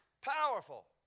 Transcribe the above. Powerful